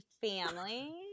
family